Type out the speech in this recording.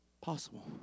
possible